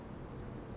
oh